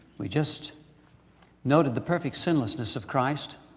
we just noted the perfect sinlessness of christ.